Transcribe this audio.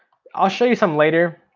i'll show you some later,